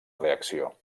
reacció